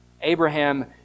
Abraham